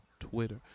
twitter